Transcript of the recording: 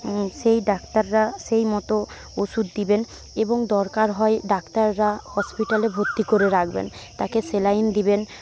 সেই ডাক্তাররা সেই মতো ওষুধ দেবেন এবং দরকার হয় ডাক্তাররা হসপিটালে ভর্তি করে রাখবেন তাকে স্যালাইন দেবেন